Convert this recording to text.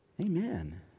Amen